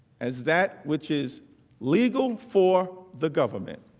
as that which is legal for the government